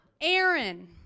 Aaron